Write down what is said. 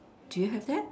do you have that